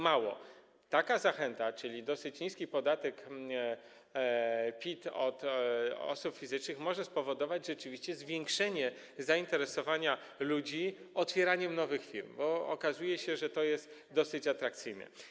Mało, taka zachęta, czyli dosyć niski podatek PIT od osób fizycznych, może spowodować rzeczywiście zwiększenie zainteresowania ludzi otwieraniem nowych firm, bo okazałoby się, że to jest dosyć atrakcyjne.